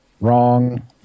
wrong